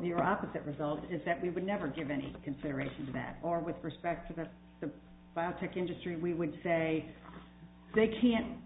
near opposite results is that we would never give any consideration to that or with respect to that the biotech industry would say they can't